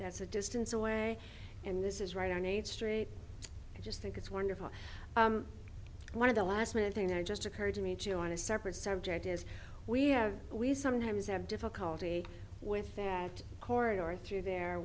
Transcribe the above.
that's a distance away and this is right on eighth street i just think it's wonderful one of the last minute thing there just occurred to me joe on a separate subject is we have we sometimes have difficulty with that cord or through there